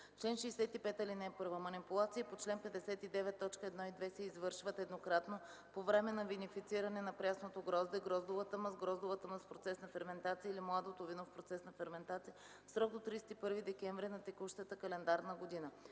чл. 65: „Чл. 65. (1) Манипулации по чл. 59, т. 1 и 2 се извършват еднократно, по време на винифициране на прясното грозде, гроздовата мъст, гроздовата мъст в процес на ферментация или младото вино в процес на ферментация в срок до 31 декември на текущата календарна година.